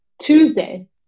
Tuesday